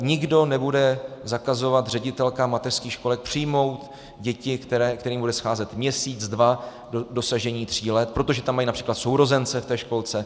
Nikdo nebude zakazovat ředitelkám mateřských školek přijmout děti, kterým bude scházet měsíc, dva do dosažení tří let, protože tam mají například sourozence v té školce.